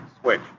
switch